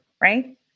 right